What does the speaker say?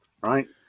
right